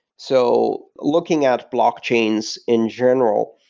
so looking at blockchains in general,